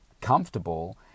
comfortable